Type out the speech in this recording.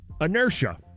inertia